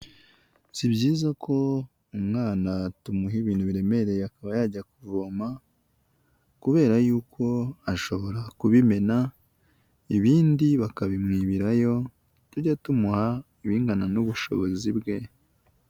Si byiza ko umwana tumuha ibintu biremereye akaba yajya kuvoma kubera yuko ashobora kubimena ibindi bakabimwibirayo tujya tumuha ibingana n'ubushobozi bwe.